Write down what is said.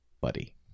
Buddy